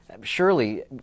surely